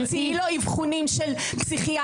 תעשי לו אבחונים של פסיכיאטרית,